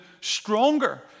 stronger